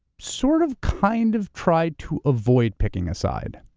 sort of, kind of, tried to avoid picking a side.